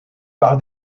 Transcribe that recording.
par